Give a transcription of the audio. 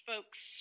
folks